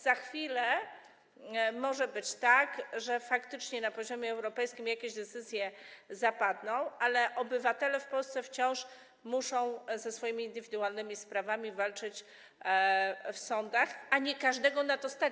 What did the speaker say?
Za chwilę może być tak, że faktycznie na poziomie europejskim jakieś decyzje zapadną, ale obywatele w Polsce wciąż muszą ze swoimi indywidualnymi sprawami walczyć w sądach, a nie każdego na to stać.